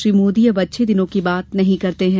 श्री मोदी अब अच्छे दिनों की बात नहीं करते है